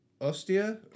Ostia